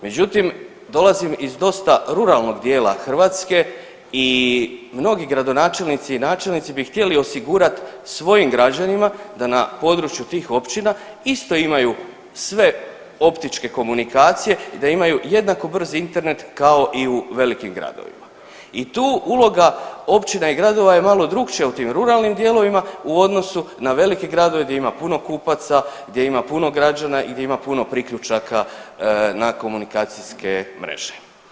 Međutim, dolazim iz dosta ruralnog dijela Hrvatske i mnogi gradonačelnici i načelnici bi htjeli osigurati svojim građanima da na području tih općina isto imaju sve optičke komunikacije i da imaju jednako brz internet, kao i u velikim gradovima i tu uloga općina i gradova je malo drukčija u tim ruralnim dijelovima u odnosu na velike gradove, di ima puno kupaca, gdje ima puno građana i gdje ima puno priključaka na komunikacijske mreže.